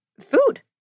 food